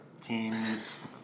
teams